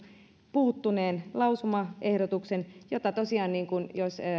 puuttuneen lausumaehdotuksen ja tosiaan jos